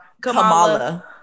Kamala